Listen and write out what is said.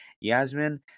yasmin